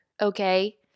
okay